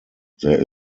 there